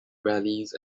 valleys